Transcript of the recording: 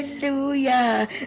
Hallelujah